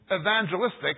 evangelistic